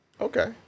okay